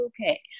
Okay